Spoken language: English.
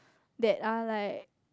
that are like